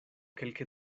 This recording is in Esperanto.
kelke